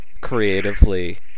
Creatively